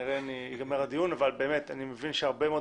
הדיון יסתיים אבל אני מבין שהרבה מאוד